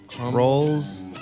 rolls